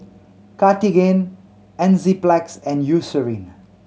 Cartigain Enzyplex and Eucerin